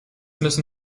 müssen